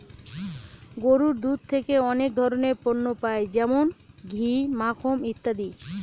গরুর দুধ থেকে অনেক ধরনের পণ্য পাই যেমন ঘি, মাখন ইত্যাদি